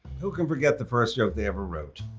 who can forget the first joke they ever wrote?